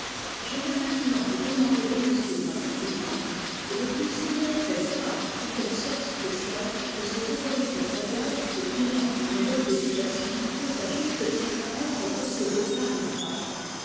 je vais maintenant vous demander de me suivre un peu plus loin et de considérer quelle part ou quelle sorte spéciale de cette autorité royale découlant d'une noble éducation peut à juste titre être possédée par les femmes